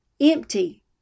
empty